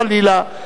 חלילה.